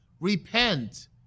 Repent